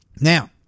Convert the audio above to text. Now